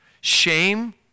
shame